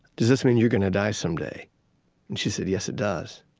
does this mean you're going to die someday? and she said, yes, it does.